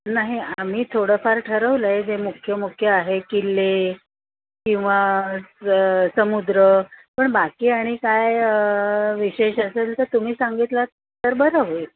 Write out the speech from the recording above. नाही आम्ही थोडंफार ठरवलं आहे जे मुख्य मुख्य आहे किल्ले किंवा समुद्र पण बाकी आणि काय विशेष असेल तर तुम्ही सांगितलंत तर बरं होईल